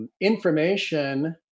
information